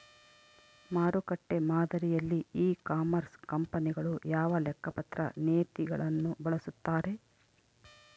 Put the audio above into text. ಮಾರುಕಟ್ಟೆ ಮಾದರಿಯಲ್ಲಿ e commerce ಕಂಪನಿಗಳು ಯಾವ ಲೆಕ್ಕಪತ್ರ ನೇತಿಗಳನ್ನು ಬಳಸುತ್ತಾರೆ?